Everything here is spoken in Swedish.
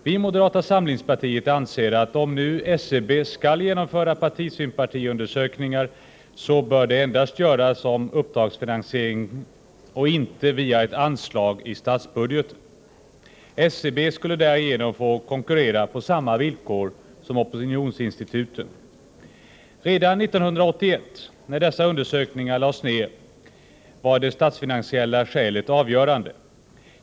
Vi i moderata samlingspartiet anser, att om nu SCB skall genomföra partisympatiundersökningar bör det endast göras med uppdragsfinansiering och inte via ett anslag i statsbudgeten. SCB skulle därigenom få konkurrera på samma villkor som opinionsinstituten. Redan 1981 när dessa undersökningar lades ned var det statsfinansiella skälet avgörande.